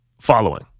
following